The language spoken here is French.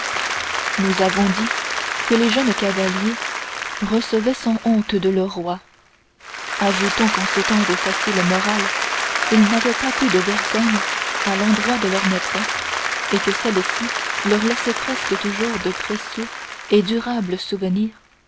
nous avons dit que les jeunes cavaliers recevaient sans honte de leur roi ajoutons qu'en ce temps de facile morale ils n'avaient pas plus de vergogne à l'endroit de leurs maîtresses et que celles-ci leur laissaient presque toujours de précieux et durables souvenirs